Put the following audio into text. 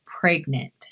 pregnant